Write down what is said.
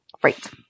Great